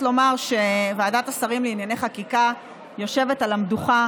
לומר שוועדת השרים לענייני חקיקה יושבת על המדוכה